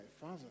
father